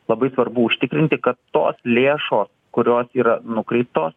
labai svarbu užtikrinti kad tos lėšos kurios yra nukreiptos